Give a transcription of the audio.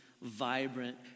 vibrant